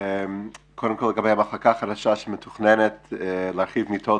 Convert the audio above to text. קודם כל לגבי המחלקה החדשה שמתוכננת להרחיב את המיטות